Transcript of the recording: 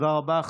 תודה רבה.